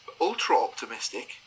ultra-optimistic